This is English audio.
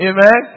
Amen